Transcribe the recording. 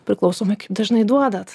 priklausomai kaip dažnai duodat